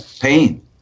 pain